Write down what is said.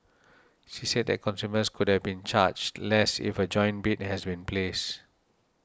she said that consumers could have been charged less if a joint bid has been placed